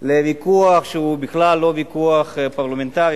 לוויכוח שהוא בכלל לא ויכוח פרלמנטרי.